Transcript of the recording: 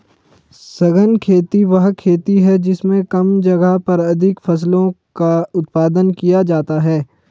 सघन खेती वह खेती है जिसमें कम जगह पर अधिक फसलों का उत्पादन किया जाता है